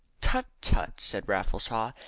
tut! tut! said raffles haw.